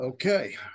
Okay